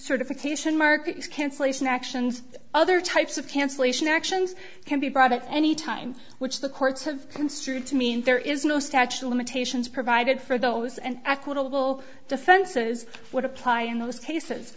certification markets cancellation actions other types of cancellation actions can be brought any time which the courts have construed to mean there is no statute of limitations provided for those and equitable defenses would apply in those cases